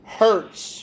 hurts